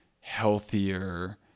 healthier